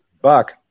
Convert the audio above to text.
Buck